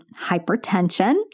hypertension